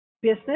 business